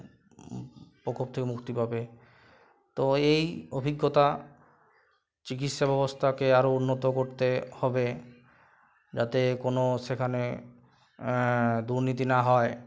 প্রকোপ থেকে মুক্তি পাবে তো এই অভিজ্ঞতা চিকিৎসা ব্যবস্থাকে আরও উন্নত করতে হবে যাতে কোনো সেখানে দুর্নীতি না হয়